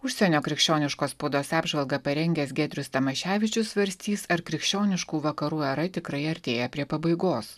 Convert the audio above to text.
užsienio krikščioniškos spaudos apžvalgą parengęs giedrius tamaševičius svarstys ar krikščioniškų vakarų era tikrai artėja prie pabaigos